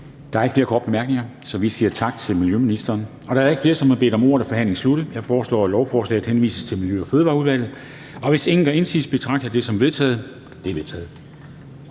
Der er ikke flere korte bemærkninger til ministeren. Og da der ikke er flere, der har bedt om ordet, er forhandlingen sluttet. Jeg foreslår, at lovforslaget henvises til Miljø- og Fødevareudvalget. Hvis ingen gør indsigelse, betragter jeg det som vedtaget. Det er vedtaget.